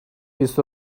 بیست